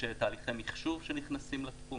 יש תהליכי מחשוב שנכנסים לשוק,